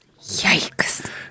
Yikes